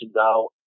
out